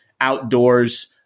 outdoors